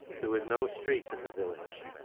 there was no street in the village,